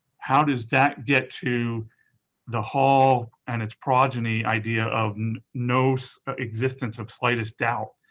how does that get to the hull and its progeny idea of no existence of slightest doubt.